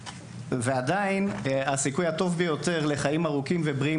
הסיכוי הטוב ביותר לחיים ארוכים ובריאים